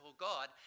God